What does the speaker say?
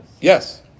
Yes